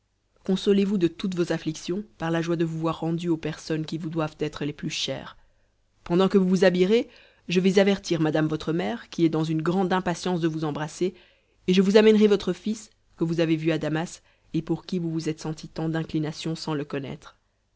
consolez-vous de toutes vos afflictions par la joie de vous voir rendu aux personnes qui vous doivent être les plus chères pendant que vous vous habillerez je vais avertir madame votre mère qui est dans une grande impatience de vous embrasser et je vous amènerai votre fils que vous avez vu à damas et pour qui vous vous êtes senti tant d'inclination sans le connaître